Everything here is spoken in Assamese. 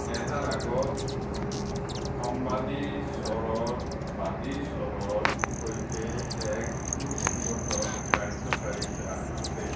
এটা ৰাগত সম্বাদী স্বৰৰ বাদি স্বৰৰ সৈতে এক সু সংগত কাৰ্য্যকাৰিতা আছে